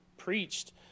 preached